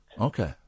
Okay